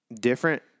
different